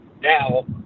Now